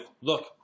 look